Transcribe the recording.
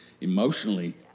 emotionally